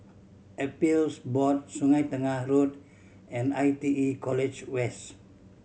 Appeals Board Sungei Tengah Road and I T E College West